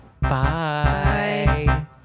Bye